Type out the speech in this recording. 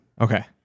okay